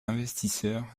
investisseurs